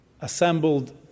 Assembled